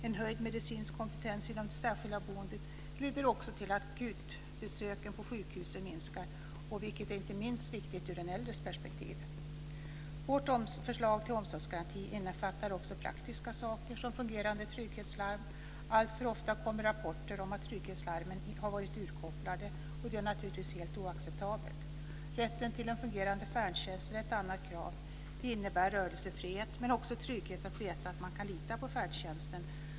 En höjd medicinsk kompetens inom det särskilda boendet leder också till att akutbesöken på sjukhusen minskar, vilket inte minst är viktigt ur den äldres perspektiv. Vårt förslag till omsorgsgaranti innefattar också praktiska saker såsom fungerande trygghetslarm. Alltför ofta kommer rapporter om att trygghetslarmen har varit urkopplade, och det är naturligtvis helt oacceptabelt. Rätten till fungerande färdtjänst är ett annat krav. Det innebär rörelsefrihet, men också trygghet att veta att man kan lita på färdtjänsten.